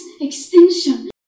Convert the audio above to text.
extinction